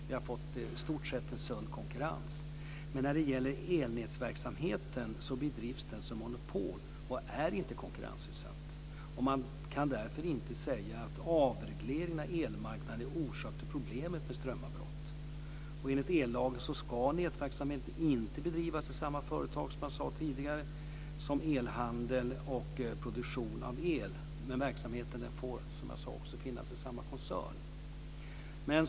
Vi har fått en i stort sett sund konkurrens. Men elnätsverksamheten bedrivs som monopol. Den är inte konkurrensutsatt. Man kan därför inte säga att avregleringen av elmarknaden är orsaken till problemet med strömavbrott. Enligt ellagen ska nätverksamhet inte bedrivas i samma företag, som jag sade tidigare, som elhandel och produktion av el. Verksamheten får dock, som jag sade, finnas i samma koncern.